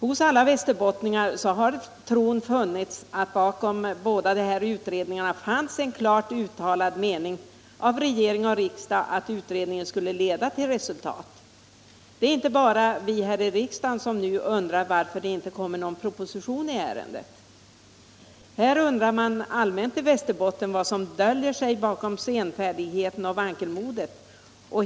Hos alla västerbottningar har tron funnits att bakom båda dessa utredningar fanns en klart uttalad mening av regering och riksdag, att utredningen skulle leda till resultat. Det är inte bara vi här i riksdagen som nu undrar varför det inte kommer någon proposition i ärendet. I Västerbotten undrar man allmänt vad som döljer sig bakom senfärdigheten och vankelmodet.